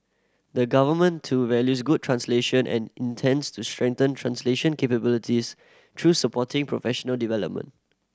the Government too values good translation and intends to strengthen translation capabilities through supporting professional development